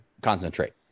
concentrate